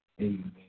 Amen